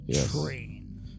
Train